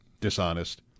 dishonest